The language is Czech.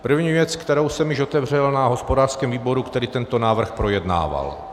První věc, kterou jsem již otevřel na hospodářském výboru, který tento návrh projednával.